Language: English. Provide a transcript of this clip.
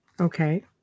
Okay